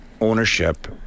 ownership